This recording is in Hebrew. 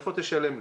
מאיפה תשלם לי?